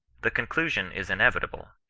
the con clusion is inevitable,